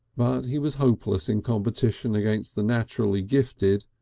he was hopeless in competition against the naturally gifted,